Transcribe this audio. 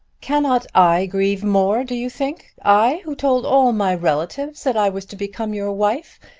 cannot i grieve more, do you think i who told all my relatives that i was to become your wife,